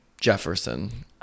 Jefferson